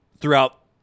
throughout